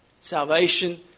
Salvation